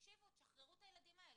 תשחררו את הילדים האלה,